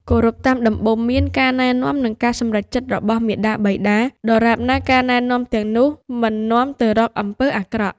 គោរពតាមដំបូន្មាន ការណែនាំ និងការសម្រេចចិត្តរបស់មាតាបិតា ដរាបណាការណែនាំទាំងនោះមិននាំទៅរកអំពើអាក្រក់។